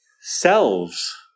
Selves